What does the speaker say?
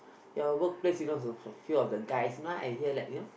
your workplace you know for for few of the guys now I hear like you know